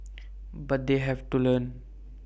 but they have to learn